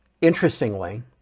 interestingly